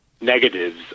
negatives